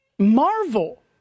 Marvel